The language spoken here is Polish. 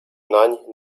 nań